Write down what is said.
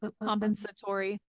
compensatory